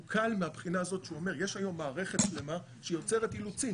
הוא קל מהבחינה הזאת שהוא אומר שיש היום מערכת שלמה שיוצרת אילוצים,